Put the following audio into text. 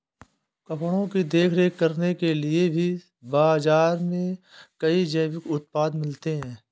कपड़ों की देखभाल करने के लिए भी बाज़ार में कई जैविक उत्पाद मिलते हैं